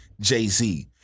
Jay-Z